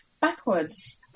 backwards